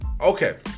Okay